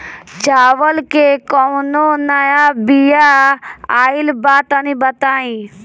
चावल के कउनो नया बिया आइल बा तनि बताइ?